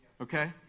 Okay